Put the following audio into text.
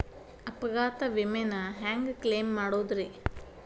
ಅಪಘಾತ ವಿಮೆನ ಹ್ಯಾಂಗ್ ಕ್ಲೈಂ ಮಾಡೋದ್ರಿ?